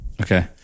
Okay